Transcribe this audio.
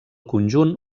conjunt